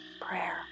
Prayer